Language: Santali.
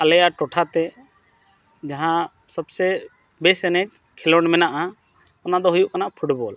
ᱟᱞᱮᱭᱟᱜ ᱴᱚᱴᱷᱟᱛᱮ ᱡᱟᱦᱟᱸ ᱥᱚᱵᱥᱮ ᱵᱮᱥ ᱮᱱᱮᱡ ᱠᱷᱮᱞᱳᱰ ᱢᱮᱱᱟᱜᱼᱟ ᱚᱱᱟᱫᱚ ᱦᱩᱭᱩᱜ ᱠᱟᱱᱟ ᱯᱷᱩᱴᱵᱚᱞ